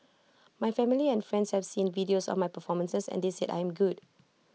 my family and friends have seen videos of my performances and they said I am good